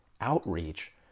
outreach